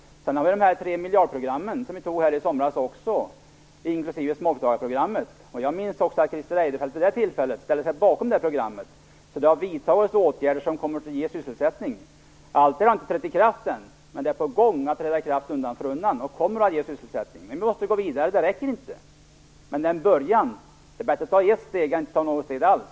Sedan har vi de tre miljardprogrammen som vi beslutade om i somras, inklusive småföretagarprogrammet. Jag minns att Christer Eirefelt vid det tillfället ställde sig bakom programmen. Det har vidtagits åtgärder som kommer att ge sysselsättning. Allt har inte trätt i kraft än, men de kommer att träda i kraft undan för undan och kommer att ge sysselsättning. Men vi måste gå vidare, det räcker inte. Men det är en bra början. Det är bättre att ta ett steg än att inte ta något steg alls.